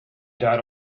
died